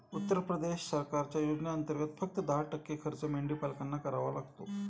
उत्तर प्रदेश सरकारच्या योजनेंतर्गत, फक्त दहा टक्के खर्च मेंढीपालकांना करावा लागतो